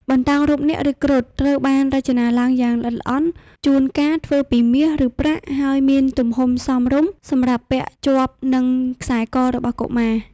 បន្តោងរូបនាគ ឬគ្រុឌ ត្រូវបានរចនាឡើងយ៉ាងល្អិតល្អន់ ជួនកាលធ្វើពីមាស ឬប្រាក់ ហើយមានទំហំសមរម្យសម្រាប់ពាក់ជាប់នឹងខ្សែករបស់កុមារ។